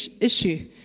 issue